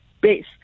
base